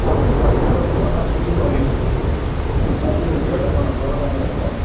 ଆଉ ପାଞ୍ଚ ଲିଟର୍ ଦୁଗ୍ଧ ପାଞ୍ଚ କେଜି ପନୀର ଆଉ ଯୋଉ ଘିଅଟା କଣ ଘରପାଇଁ ନେବେ ନା କଣ